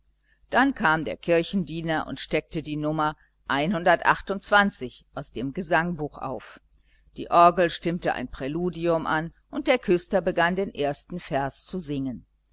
dann kam der kirchendiener und steckte die nummer aus dem gesangbuch auf die orgel stimmte ein präludium an und der küster begann den ersten vers zu singen